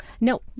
No